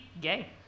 gay